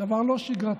דבר לא שגרתי,